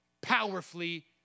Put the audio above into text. powerfully